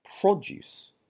produce